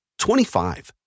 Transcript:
25